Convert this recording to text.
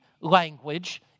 language